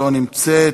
לא נמצאת,